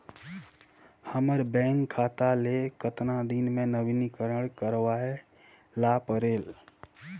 हमर बैंक खाता ले कतना दिन मे नवीनीकरण करवाय ला परेल?